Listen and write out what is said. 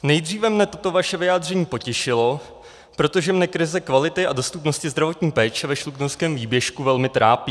Nejdříve mě toto vaše vyjádření potěšilo, protože mě krize kvality a dostupnosti zdravotní péče ve Šluknovském výběžku velmi trápí.